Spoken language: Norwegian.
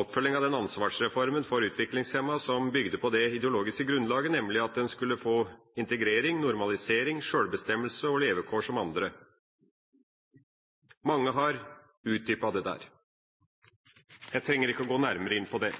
oppfølging av ansvarsreformen for utviklingshemmede, som bygde på et ideologisk grunnlag, nemlig at en skulle få integrering, normalisering, sjølbestemmelse og levekår som andre. Mange har utdypet dette, jeg trenger ikke å gå nærmere inn på det.